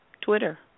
Twitter